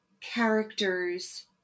characters